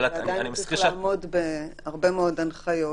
ועדיין צריך לעמוד בהרבה מאוד הנחיות